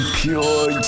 pure